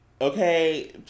Okay